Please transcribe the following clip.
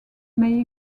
may